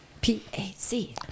P-A-C